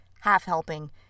half-helping